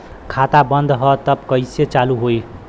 खाता बंद ह तब कईसे चालू होई?